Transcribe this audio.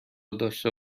داشته